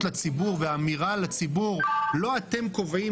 לציבור ואמירה לציבור: לא אתם קובעים,